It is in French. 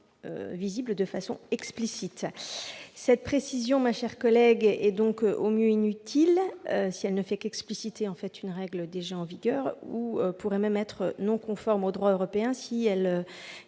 visible de façon explicite. Une telle précision, ma chère collègue, est donc au mieux inutile, si elle ne fait qu'expliciter une règle déjà en vigueur. Elle pourrait même être non conforme au droit européen si elle